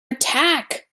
attack